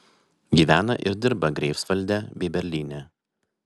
gyvena ir dirba greifsvalde bei berlyne